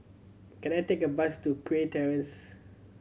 can I take a bus to Kew Terrace